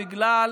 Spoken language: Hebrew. בגלל